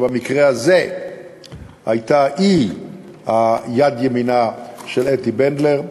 שבמקרה הזה הייתה יד ימינה של אתי בנדלר,